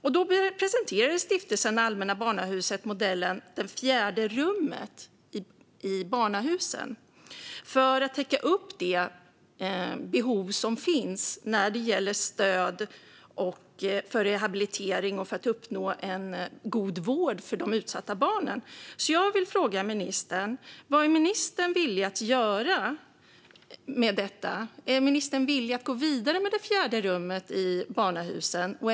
För att täcka upp det behov som finns när det gäller stöd för rehabilitering och för att uppnå en god vård för de utsatta barnen presenterade Stiftelsen Allmänna Barnhuset därför modellen Det fjärde rummet. Jag vill fråga ministern: Vad är ministern villig att göra med detta? Är ministern villig att gå vidare med Det fjärde rummet från Stiftelsen Allmänna Barnhuset?